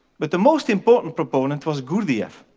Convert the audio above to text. but the most important proponent was gurdjieff.